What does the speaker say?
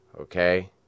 okay